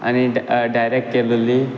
आनी डायरेक्ट केलोली